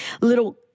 little